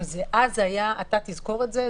ואתה תזכור את זה,